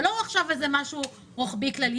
זה לא עכשיו איזה משהו רוחבי כללי.